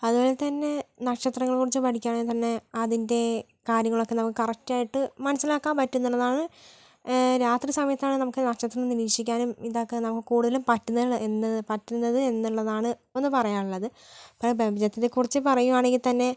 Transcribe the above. അതുപോലെ തന്നെ നക്ഷത്രങ്ങളെക്കുറിച്ച് പഠിക്കുവാണെങ്കിൽ തന്നെ അതിൻ്റെ കാര്യങ്ങളൊക്കെ നമുക്ക് കറക്റ്റ് ആയിട്ട് മനസ്സിലാക്കാൻ പറ്റുന്നുള്ളതാണ് രാത്രി സമയത്താണ് നമുക്ക് നക്ഷത്രത്തിനെ നിരീക്ഷിക്കാനും ഇതാക്കാൻ നമുക്ക് കൂടുതലും പറ്റുന്നത് എന്നത് പറ്റുന്നത് എന്നുള്ളതാണ് ഒന്ന് പറയാനുള്ളത് ഇപ്പം പ്രപഞ്ചത്തിനെ കുറിച്ച് പറയുവാണെങ്കിൽ തന്നെ